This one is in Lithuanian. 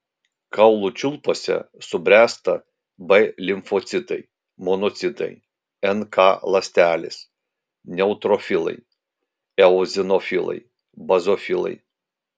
kaulų čiulpuose subręsta b limfocitai monocitai nk ląstelės neutrofilai eozinofilai bazofilai